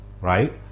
right